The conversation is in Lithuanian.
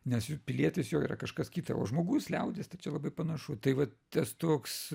nes juk pilietis jau yra kažkas kita o žmogus liaudis tai čia labai panašu tai vat tas toks